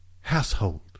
household